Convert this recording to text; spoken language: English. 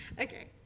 Okay